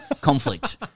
conflict